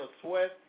sweat